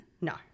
No